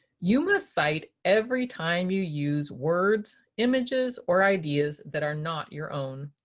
you must cite every time you use words, images, or ideas that are not your own.